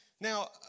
Now